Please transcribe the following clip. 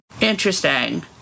Interesting